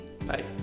bye